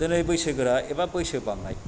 दिनै बैसोगोरा एबा बैसो बांनाय